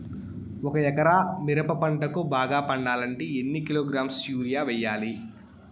ఒక ఎకరా మిరప పంటకు బాగా పండాలంటే ఎన్ని కిలోగ్రామ్స్ యూరియ వెయ్యాలి?